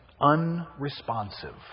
Unresponsive